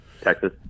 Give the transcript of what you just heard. Texas